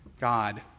God